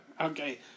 Okay